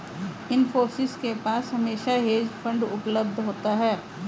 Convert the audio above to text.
इन्फोसिस के पास हमेशा हेज फंड उपलब्ध होता है